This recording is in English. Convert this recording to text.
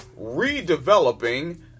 redeveloping